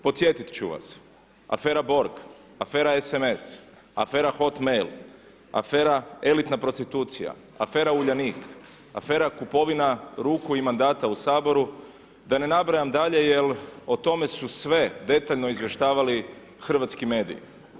Podsjetiti ću vas, afera BORG, afera SMS, afera HOTMAIL, afera elitna prostitucija, afera Uljanik, afera kupovina ruku i mandata u Saboru, da ne nabrajam dalje jer o tome su sve detaljno izvještavali hrvatski mediji.